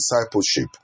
discipleship